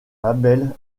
label